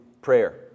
prayer